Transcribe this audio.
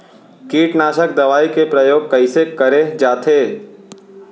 कीटनाशक दवई के प्रयोग कइसे करे जाथे?